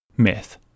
Myth